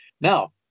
Now